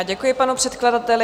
Děkuji panu předkladateli.